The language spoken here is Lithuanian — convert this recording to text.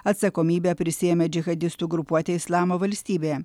atsakomybę prisiėmė džihadistų grupuotė islamo valstybė